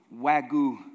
Wagyu